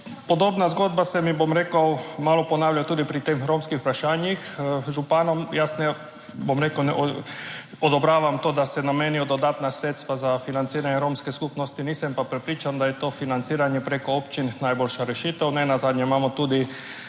Podobna zgodba se mi, bom rekel, malo ponavlja tudi pri teh romskih vprašanjih županom. Jaz ne bom rekel, ne odobravam to, da se namenijo dodatna sredstva za financiranje romske skupnosti, nisem pa prepričan, da je to financiranje preko občin najboljša rešitev. Nenazadnje imamo tudi,